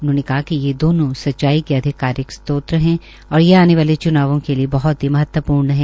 उन्होंने कहा कि ये दोनों सच्चाई के अधिकारिक स्त्रोत है औश्र ये आने वाले चुनावों के लिये बहत ही महत्वपुर्ण है